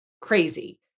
crazy